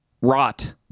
Rot